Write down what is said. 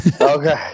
Okay